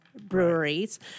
breweries